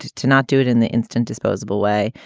to to not do it in the instant disposable way,